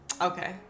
Okay